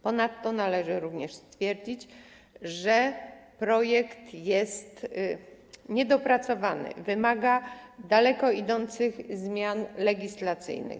Ponadto należy również stwierdzić, że projekt jest niedopracowany, wymaga daleko idących zmian legislacyjnych.